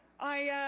i,